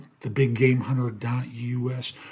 TheBigGameHunter.us